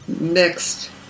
Next